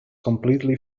completely